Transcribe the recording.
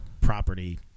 property